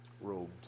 robed